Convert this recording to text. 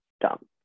dump